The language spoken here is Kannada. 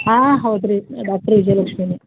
ಹಾಂ ಹೌದು ರೀ ಡಾಕ್ಟ್ರ್ ವಿಜಯಲಕ್ಷ್ಮೀನೇ